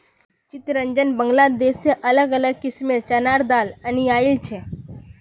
चितरंजन बांग्लादेश से अलग अलग किस्मेंर चनार दाल अनियाइल छे